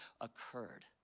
occurred